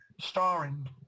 starring